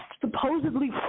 supposedly